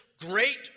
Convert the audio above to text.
great